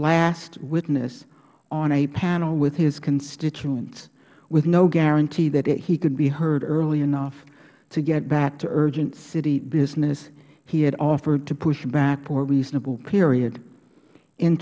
last witness on a panel with his constituents with no guarantee that he could be heard early enough to get back to urgent city business he had offered to push back for a reasonable period in